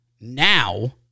Now